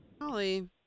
Holly